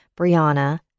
Brianna